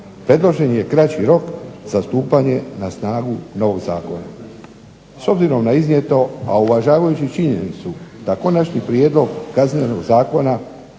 Predložen je kraći rok za stupanje na snagu novog zakona. S obzirom na iznijeto, a uvažavajući činjenicu da konačni prijedlog Kaznenog zakona